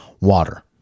Water